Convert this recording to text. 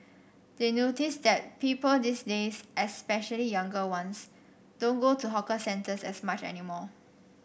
they notice that people these days especially younger ones don't go to hawker centres as much anymore